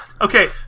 Okay